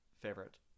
favorite